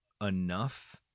enough